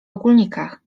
ogólnikach